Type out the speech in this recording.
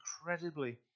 incredibly